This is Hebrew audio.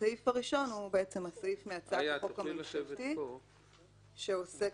הסעיף הראשון הוא מהצעת החוק הממשלתית שעוסק